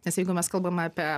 nes jeigu mes kalbame apie